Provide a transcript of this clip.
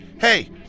hey